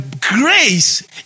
grace